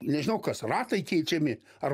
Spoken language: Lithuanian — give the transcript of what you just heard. nežinau kas ratai keičiami ar